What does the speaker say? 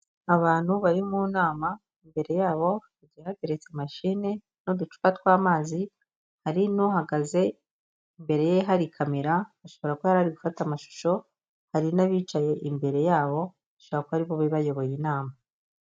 Abantu bari mu nama imbere yabo hagiye hateretse mashine n'uducupa tw'amazi, hari n'uhagaze imbere ye hari kamera, ashobora kuba yari ari gufata amashusho, hari n'abicaye imbere yabo bashobora kuba aribo bari bayoboye inama.